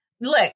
Look